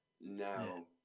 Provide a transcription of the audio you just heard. Now